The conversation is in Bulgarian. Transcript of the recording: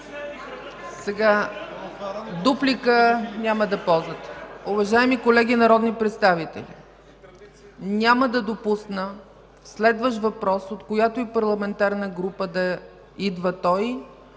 Дуплика? Няма да ползвате. Уважаеми колеги народни представители, няма да допусна следващ въпрос от която и парламентарна група да идва той